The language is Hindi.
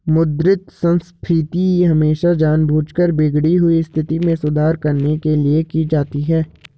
मुद्रा संस्फीति हमेशा जानबूझकर बिगड़ी हुई स्थिति में सुधार करने के लिए की जाती है